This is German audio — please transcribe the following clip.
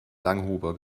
langhuber